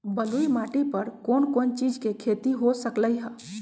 बलुई माटी पर कोन कोन चीज के खेती हो सकलई ह?